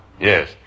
yes